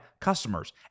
customers